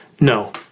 No